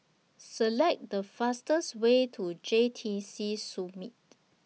Select The fastest Way to J T C Summit